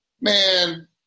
Man